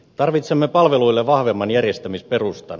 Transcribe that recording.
tarvitsemme palveluille vahvemman järjestämisperustan